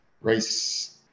race